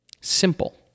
simple